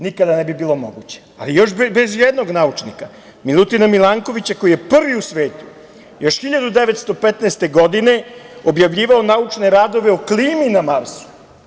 Nikada ne bi bilo moguće, ali još bez jednog naučnika – Milutina Milankovića koji je prvi u svetu, još 1915. godine, objavljivao naučne radove o klimi na Marsu.